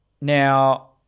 Now